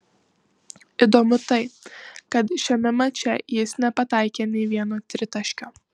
įdomu tai kad šiame mače jis nepataikė nei vieno tritaškio